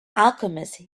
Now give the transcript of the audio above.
alchemist